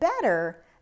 better